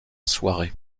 soirée